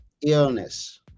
illness